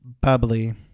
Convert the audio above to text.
Bubbly